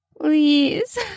Please